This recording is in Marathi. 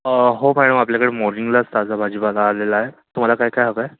हो मॅडम आपल्याकडे मॉर्निंगलाच ताजा भाजीपाला आलेला आहे तुम्हाला काय काय हवं आहे